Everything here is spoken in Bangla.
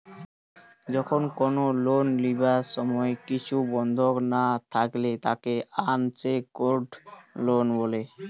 যখন কোনো লোন লিবার সময় কিছু বন্ধক না থাকলে তাকে আনসেক্যুরড লোন বলে